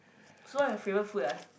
so my favourite food ah